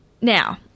Now